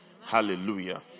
Hallelujah